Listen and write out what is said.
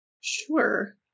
sure